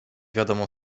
wiadomo